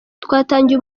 twatangiye